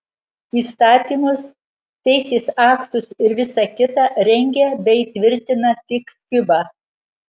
įstatymus teisės aktus ir visa kita rengia bei tvirtina tik fiba